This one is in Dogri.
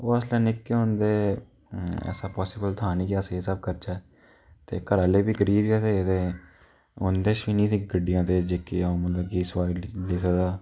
उ'ऐ उसलै निक्के होंदे हे ऐसा पॉसिबल था निं कि अस एह् सब करचै ते घरा आह्ले बी गरीब गै थे ते उं'दे च बी निं ही गड्डियां ते जेह्के अ'ऊं मतलब की सोआरी लेई सकदा